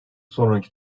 sonraki